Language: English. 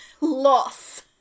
loss